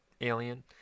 alien